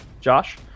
Josh